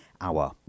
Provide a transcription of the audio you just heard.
Hour